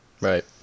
Right